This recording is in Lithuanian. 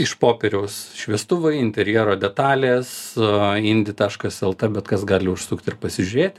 iš popieriaus šviestuvai interjero detalės indi taškas lt bet kas gali užsukt ir pasižiūrėt